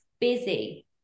busy